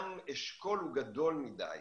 גם אשכול הוא גדול מדי.